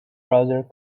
browser